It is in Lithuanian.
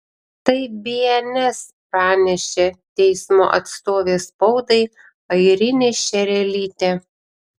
tai bns pranešė teismo atstovė spaudai airinė šerelytė